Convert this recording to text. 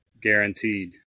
Guaranteed